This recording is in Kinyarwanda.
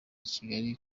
kigali